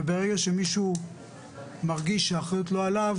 וברגע שמישהו מרגיש שהאחריות לא עליו